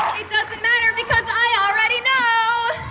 doesn't matter because i already know